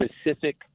specific